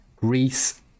Reese